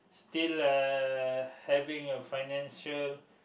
still uh having a financial